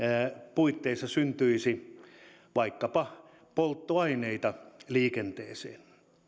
puitteissa syntyisi vaikkapa polttoaineita liikenteeseen